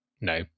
no